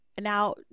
Now